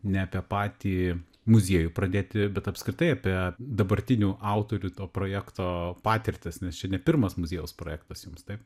ne apie patį muziejų pradėti bet apskritai apie dabartinių autorių to projekto patirtis nes čia ne pirmas muziejaus projektas jums taip